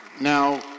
now